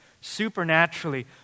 supernaturally